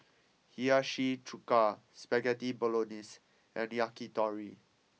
Hiyashi Chuka Spaghetti Bolognese and Yakitori